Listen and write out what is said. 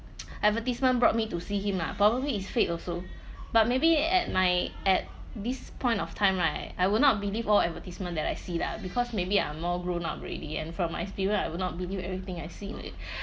advertisement brought me to see him ah probably it's fate also but maybe at my at this point of time right I will not believe all advertisement that I see lah because maybe I'm more grown up already and from my experience I will not believe everything I see in a